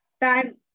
time